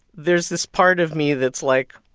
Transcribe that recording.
there's this part of me that's, like,